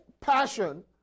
passion